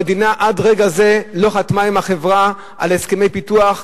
המדינה עד רגע זה לא חתמה עם החברה על הסכמי פיתוח,